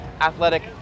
athletic